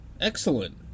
excellent